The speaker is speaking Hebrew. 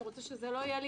היה לי